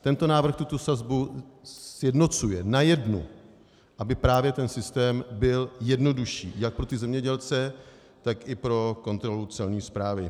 Tento návrh tuto sazbu sjednocuje na jednu, aby systém byl jednodušší jak pro zemědělce, tak i pro kontrolu celní správy.